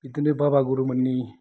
बिखिनि बाबा गुरुमोननि